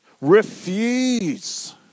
refuse